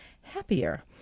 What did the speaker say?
happier